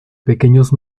pequeños